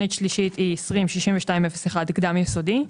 תכנית שלישית היא 206201, קדם יסודי.